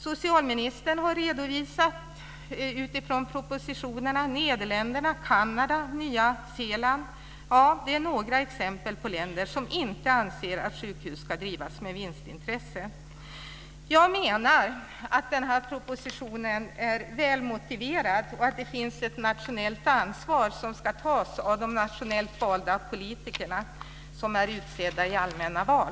Socialministern har utifrån propositionen redovisat t.ex. Nederländerna, Kanada och Nya Zeeland som några exempel på länder som inte anser att sjukhus ska drivas med vinstintresse. Jag menar att den här propositionen är väl motiverad och att det finns ett nationellt ansvar som ska tas av de nationella politiker som är utsedda i allmänna val.